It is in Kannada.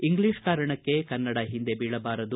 ಇಂಗ್ಲೀಷ್ ಕಾರಣಕ್ಕೆ ಕನ್ನಡ ಹಿಂದೆ ಬೀಳಬಾರದು